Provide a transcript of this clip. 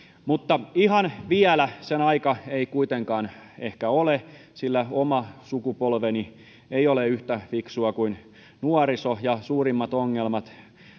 mutta ihan vielä sen aika ei kuitenkaan ehkä ole sillä oma sukupolveni ei ole yhtä fiksua kuin nuoriso ja suurimmat ongelmat